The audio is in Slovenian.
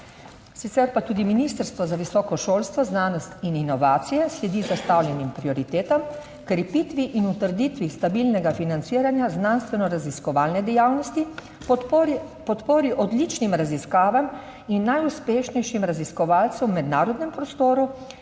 Sicer pa tudi Ministrstvo za visoko šolstvo, znanost in inovacije sledi zastavljenim prioritetam, krepitvi in utrditvi stabilnega financiranja znanstveno raziskovalne dejavnosti, podpori odličnim raziskavam in najuspešnejšim raziskovalcem v mednarodnem prostoru